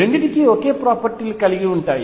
రెండిటికీ ఒకే ప్రాపర్టీ లు కలిగి ఉంటాయి